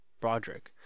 Broderick